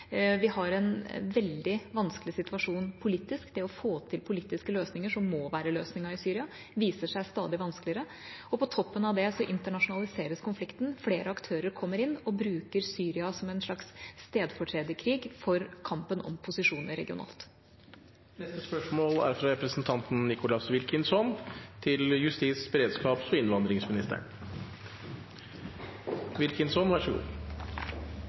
Vi har en veldig vanskelig situasjon politisk. Det å få til politiske løsninger, som må være løsningen i Syria, viser seg stadig vanskeligere. På toppen av det internasjonaliseres konflikten. Flere aktører kommer inn og bruker Syria som en slags stedfortrederkrig for kampen om posisjoner regionalt. La meg først ønske den nye justisministeren velkommen. Så til spørsmålet: «I statsbudsjettet og